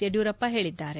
ಯಡಿಯೂರಪ್ಪ ಹೇಳಿದ್ದಾರೆ